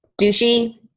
douchey